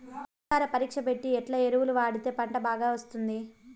భూసార పరీక్ష బట్టి ఎట్లా ఎరువులు వాడితే పంట బాగా వస్తుంది?